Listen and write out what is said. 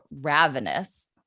ravenous